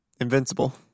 Invincible